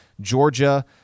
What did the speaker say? Georgia